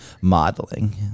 modeling